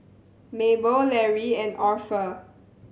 Mabel Larry and Orpha